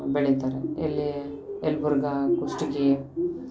ಬೆಳಿತಾರೆ ಎಲ್ಲಿ ಯಲಬುರ್ಗಾ ಕುಷ್ಟಗಿ